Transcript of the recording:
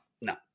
No